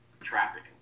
trapping